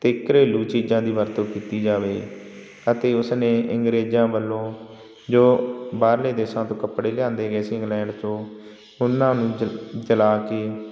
ਅਤੇ ਘਰੇਲੂ ਚੀਜ਼ਾਂ ਦੀ ਵਰਤੋਂ ਕੀਤੀ ਜਾਵੇ ਅਤੇ ਉਸ ਨੇ ਅੰਗਰੇਜ਼ਾਂ ਵੱਲੋਂ ਜੋ ਬਾਹਰਲੇ ਦੇਸ਼ਾਂ ਤੋਂ ਕੱਪੜੇ ਲਿਆਂਦੇ ਗਏ ਸੀ ਇੰਗਲੈਂਡ 'ਚੋਂ ਉਹਨਾਂ ਨੂੰ ਜ ਜਲਾ ਕੇ